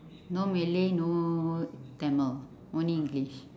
no malay no tamil only english